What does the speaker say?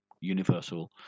universal